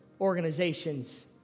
organizations